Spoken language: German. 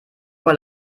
mal